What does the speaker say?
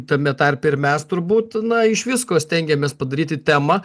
tame tarpe ir mes turbūt na iš visko stengiamės padaryti temą